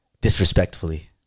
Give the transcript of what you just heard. disrespectfully